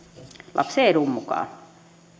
lapsen edun mukaan